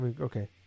okay